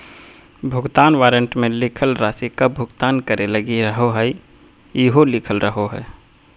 भुगतान वारन्ट मे लिखल राशि कब भुगतान करे लगी रहोहाई इहो लिखल रहो हय